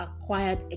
acquired